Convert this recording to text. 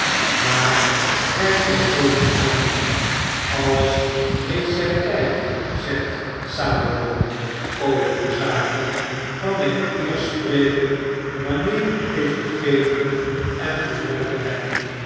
maar kijk mij zoo niet aan man alles heeft zijn tijd zegt saiomo over de zaken kan ik eerst spreken wanneer ik gegeten en gedronken heb